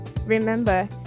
Remember